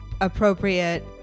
Appropriate